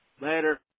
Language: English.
Later